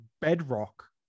bedrock